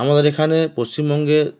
আমাদের এখানে পশ্চিমবঙ্গের